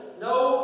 no